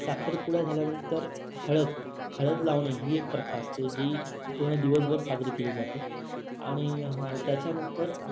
साखरपुडा झाल्यानंतर हळद हळद लावणे ही एक प्रथा असते जी पूर्ण दिवसभर साजरी केली जाते आणि त्याच्यानंतर